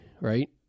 right